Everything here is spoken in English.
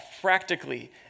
practically